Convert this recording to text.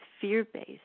fear-based